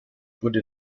wurde